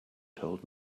told